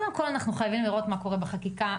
קודם כל, אנחנו צריכים לראות מה קורה בחקיקה.